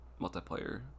multiplayer